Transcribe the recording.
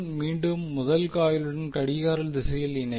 மீண்டும் முதல் காயிலுடன் கடிகார திசையில் இணைக்கும்